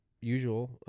usual